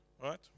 right